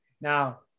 Now